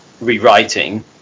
rewriting